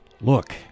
look